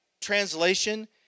translation